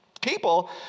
people